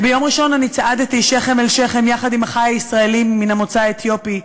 ביום ראשון צעדתי שכם-אל-שכם יחד עם אחי הישראלים מן המוצא האתיופי.